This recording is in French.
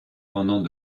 pendant